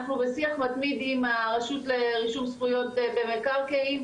אנחנו בשיח מתמיד עם הרשות לרישום זכויות במקרקעין,